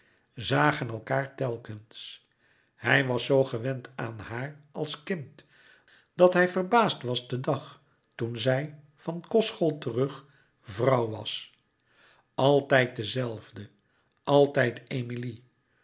zagen elkaâr telkens hij was zoo gewend aan haar als kind dat hij verbaasd was den dag toen zij van kostschool terug vrouw was altijd de zelfde altijd emilie